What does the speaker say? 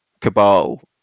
cabal